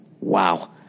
Wow